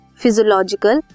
physiological